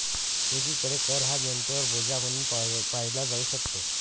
एकीकडे कर हा जनतेवर बोजा म्हणून पाहिला जाऊ शकतो